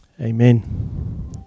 Amen